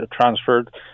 transferred